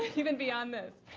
even beyond this.